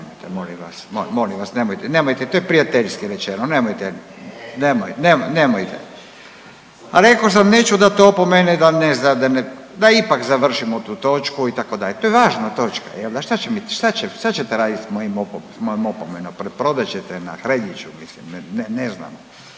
nemojte, nemojte to je prijateljski rečeno nemojte, nemojte, a rekao sam neću dat opomene da ipak završimo tu točku itd., to je važna točka jel da šta ćete raditi s mojim s mojom opomenom, preprodat ćete je na Hreljiću mislim ne znam.